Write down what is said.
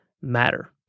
matter